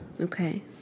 okay